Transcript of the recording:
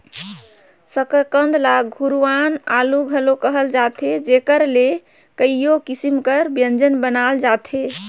सकरकंद ल गुरूवां आलू घलो कहल जाथे जेकर ले कइयो किसिम कर ब्यंजन बनाल जाथे